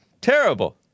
Terrible